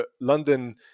London